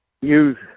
use